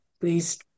please